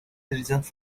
citizens